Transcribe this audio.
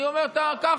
אני אומר ככה.